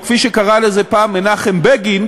או כפי שקרא לזה פעם מנחם בגין,